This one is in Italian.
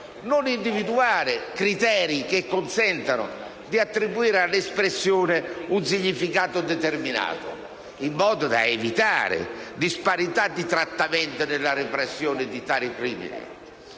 non individuare criteri che consentano di attribuire all'espressione un significato «determinato», in modo da evitare disparità di trattamento nella repressione di tali crimini.